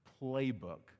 playbook